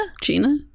Gina